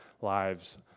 lives